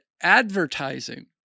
advertising